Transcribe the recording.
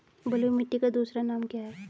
बलुई मिट्टी का दूसरा नाम क्या है?